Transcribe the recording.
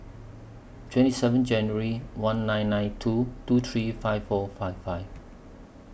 twenty seven January one nine nine two two three five four five five